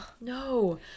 No